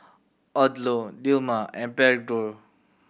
Odlo Dilmah and Pedro